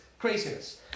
craziness